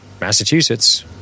Massachusetts